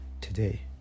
today